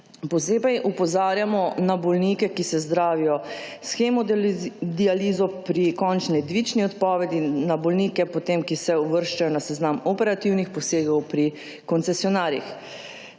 Posebej opozarjamo na bolnike, ki se zdravijo s hemodializo pri končni ledvični odpovedi, na bolnike, ki se uvrščajo na seznam operativnih posegov pri koncesionarjih.